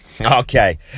Okay